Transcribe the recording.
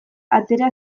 atera